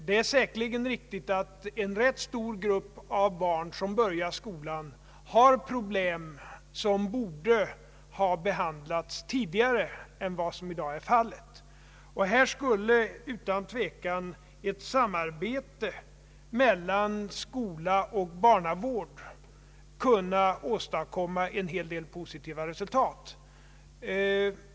Det är säkerligen riktigt att en rätt stor grupp av barn som börjar skolan har problem vilka borde ha behandlats tidigare än vad som i dag är fallet. Här skulle utan tvekan ett samarbete mellan skola och barna vård kunna åstadkomma en hel del positiva resultat.